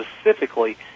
specifically